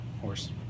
horse